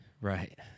Right